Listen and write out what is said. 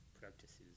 practices